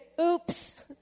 oops